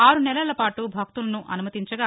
ఆరు నెలల పాటు భక్తులను అనుమతించగా